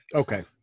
okay